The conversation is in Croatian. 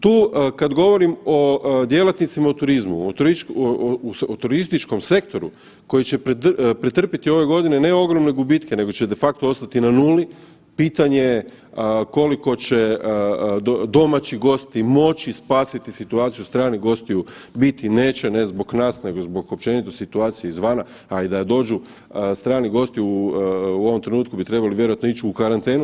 Tu kad govorim o djelatnicima u turizmu o turističkom sektoru koji će pretrpiti ove godine ne ogromne gubitke nego će de facto ostati na nuli pitanje je koliko će domaći gosti moći spasiti situaciju, stranih gostiju biti neće ne zbog nas, nego zbog općenito situacije izvana, a i da dođu strani gosti u ovom trenutku bi trebali vjerojatno ići u karantenu.